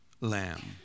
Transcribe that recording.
lamb